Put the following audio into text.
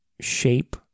shape